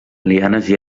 lianes